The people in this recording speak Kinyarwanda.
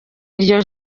iryo